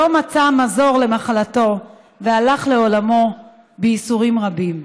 שלא מצא מזור למחלתו והלך לעולמו בייסורים רבים.